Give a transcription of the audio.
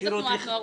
איזו תנועת נוער?